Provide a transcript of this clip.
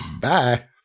Bye